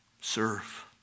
serve